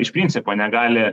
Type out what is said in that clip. iš principo negali